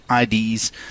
IDs